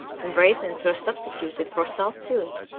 and raisins were substituted for salt suet